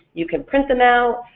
you can print them out,